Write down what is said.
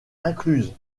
incluses